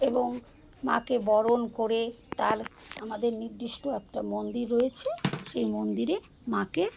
এবং মাকে বরণ করে তার আমাদের নির্দিষ্ট একটা মন্দির রয়েছে সেই মন্দিরে মাকে